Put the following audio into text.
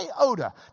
iota